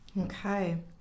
Okay